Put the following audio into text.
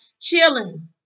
chilling